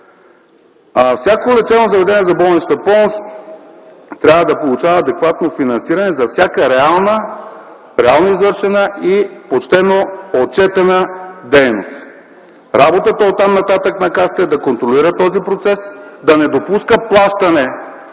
Всяко лечебно заведение за болнична помощ трябва да получава адекватно финансиране за всяка реално извършена и почтено отчетена дейност. Оттам нататък работата на Касата е да контролира този процес, да не допуска плащане